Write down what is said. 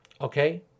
Okay